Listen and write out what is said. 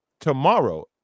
tomorrow